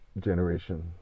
Generation